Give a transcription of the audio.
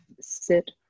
sit